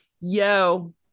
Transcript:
yo